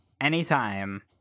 Anytime